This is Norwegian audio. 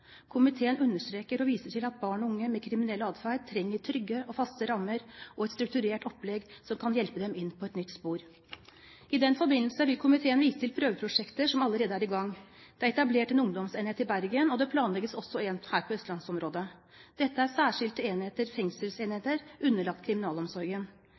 Komiteen understreker og viser til at barn og unge med kriminell atferd trenger trygge og faste rammer og et strukturert opplegg som kan hjelpe dem inn på et nytt spor. I den forbindelse vil komiteen vise til prøveprosjekter som allerede er i gang. Det er etablert en ungdomsenhet i Bergen, og det planlegges også en her i østlandsområdet. Dette er særskilte fengselsenheter underlagt kriminalomsorgen.